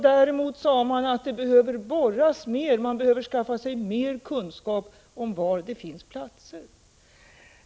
Däremot sades det att man behöver borra mera. Man behöver skaffa sig mera kunskaper om var det finns lämpliga platser.